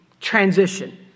transition